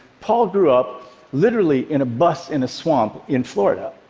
paul grew up literally in a bus in a swamp in florida.